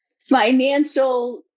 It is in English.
financial